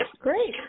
Great